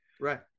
Right